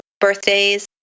birthdays